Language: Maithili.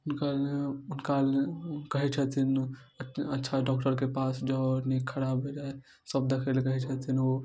हुनका हुनका कहै छथिन अच्छा डॉक्टरके पास जाउ नहि खराबसब देखैलए कहै छथिन ओ